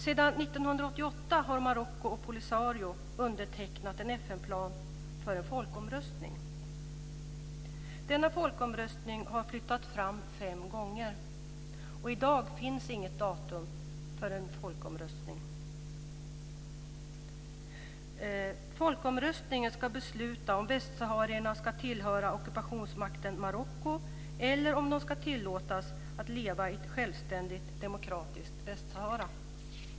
Sedan 1988 har Marocko och Polisario undertecknat en FN-plan för en folkomröstning. Denna folkomröstning har flyttats fram fem gånger. I dag finns inget datum för en folkomröstning. Folkomröstningen ska besluta om västsaharierna ska tillhöra ockupationsmakten Marocko eller om de ska tillåtas leva i ett självständigt demokratiskt Västsahara.